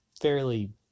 fairly